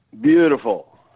Beautiful